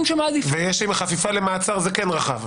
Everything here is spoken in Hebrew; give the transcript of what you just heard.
שמעדיפים --- ועם החפיפה למעצר זה כן רחב.